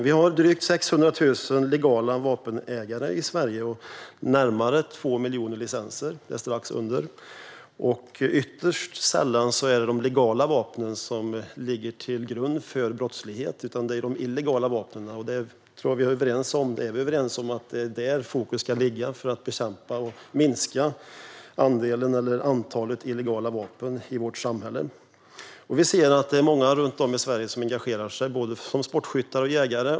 Vi har drygt 600 000 legala vapenägare och strax under 2 miljoner licenser i Sverige. Ytterst sällan är det de legala vapnen som används vid brottslighet, utan det handlar då om de illegala vapnen. Jag tror att vi är överens om att fokus ska ligga på att bekämpa och minska antalet illegala vapen i vårt samhälle. Vi ser att det är många runt om i Sverige som engagerar sig, både som sportskyttar och jägare.